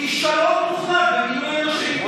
כישלון מוחלט במינוי אנשים,